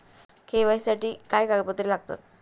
KYC साठी काय कागदपत्रे लागतात?